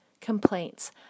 complaints